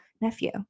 nephew